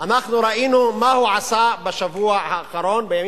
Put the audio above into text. אנחנו ראינו מה הוא עשה בשבוע האחרון,